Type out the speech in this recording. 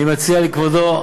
אני מציע לכבודו,